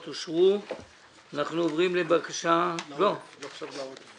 כלומר, אנחנו מדברים על כאלה שיש שם שיווקים?